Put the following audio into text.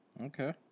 Okay